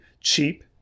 cheap